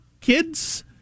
kids